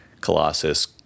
colossus